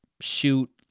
shoot